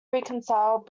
reconciled